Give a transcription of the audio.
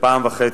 בפעם וחצי,